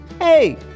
Hey